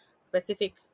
specific